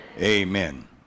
Amen